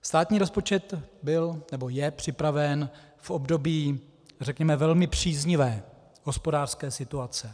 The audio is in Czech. Státní rozpočet je připraven v období, řekněme, velmi příznivé hospodářské situace.